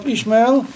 Ishmael